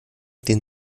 den